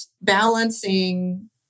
balancing